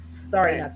Sorry